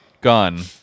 gun